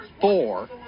four